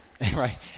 right